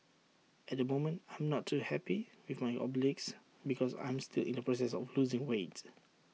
at the moment I'm not too happy with my obliques because I'm still in the process of losing weight